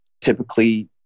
typically